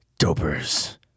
dopers